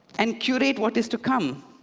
and curate what is to come.